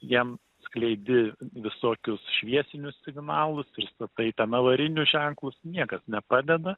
jam skleidi visokius šviesinius signalus pristatai ten avarinius ženklus niekas nepadeda